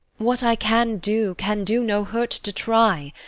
what i can do can do no hurt to try,